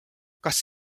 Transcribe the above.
kas